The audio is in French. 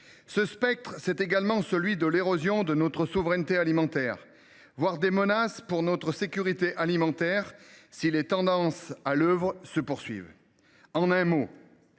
Ce spectre, c’est également celui de l’érosion de notre souveraineté alimentaire, voire celui de menaces pour notre sécurité alimentaire, si les tendances à l’œuvre se poursuivent. En un mot,